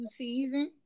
season